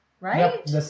right